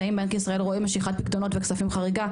האם בנק ישראל רואה משיכת פיקדונות וכספים חריגה?